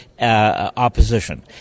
opposition